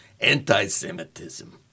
anti-Semitism